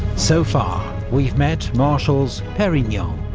so far we've met marshals perignon,